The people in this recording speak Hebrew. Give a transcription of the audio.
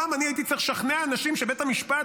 פעם אני הייתי צריך לשכנע אנשים שבית המשפט